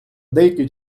деякі